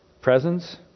presence